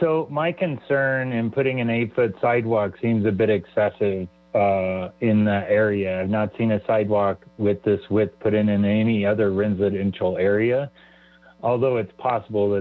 so my concern in putting an eight foot sidewalk seems a bi excessive in the area i've not seen a sidewalk with this width put in in any other residential area although it's possible that